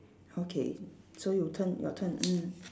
okay so you turn your turn mm